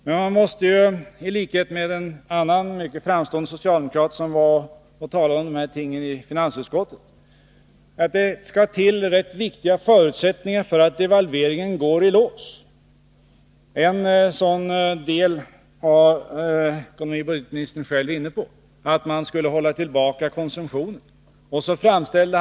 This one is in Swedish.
Men man måste ju, i likhet med en annan mycket framstående socialdemokrat som talade om de här tingen i finansutskottet, komma ihåg att det skall till rätt viktiga förutsättningar för att devalveringen skall gå i lås. En sådan del var ekonomioch budgetministern själv inne på, nämligen att man skulle hålla tillbaka konsumtionen.